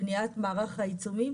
בניית מערך העיצומים.